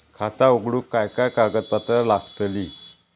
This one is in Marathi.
खाता उघडूक काय काय कागदपत्रा लागतली?